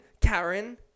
Karen